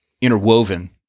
interwoven